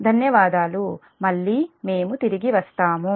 ధన్యవాదాలు మళ్ళీ మేము తిరిగి వస్తాము